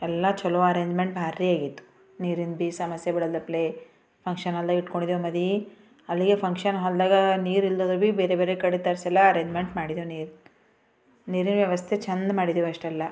ಎಲ್ಲ ಚಲೋ ಅರೇಂಜ್ಮೆಂಟ್ ಭಾರಿ ಆಗಿತ್ತು ನೀರಿಂದ ಬೀ ಸಮಸ್ಯೆಗಳೆಲ್ಲಪ್ಲೆ ಫಂಕ್ಷನೆಲ್ಲ ಇಟ್ಕೊಂಡಿದ್ದೆವು ಮದುವೆ ಅಲ್ಲಿಯ ಫಂಕ್ಷನ್ ಹಾಲ್ದಾಗೆ ನೀರು ಇಲ್ದದ ಬೀ ಬೇರೆ ಬೇರೆ ಕಡೆ ತರಿಸೆಲ್ಲ ಅರೇಂಜ್ಮೆಂಟ್ ಮಾಡಿದ್ದೆವು ನೀರು ನೀರಿನ ವ್ಯವಸ್ಥೆ ಚೆಂದ ಮಾಡಿದ್ದೆವು ಅಷ್ಟೆಲ್ಲ